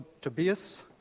Tobias